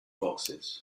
boxes